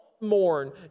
mourn